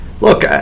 look